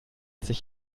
sich